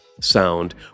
sound